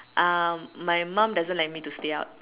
uh my mom doesn't let me to stay out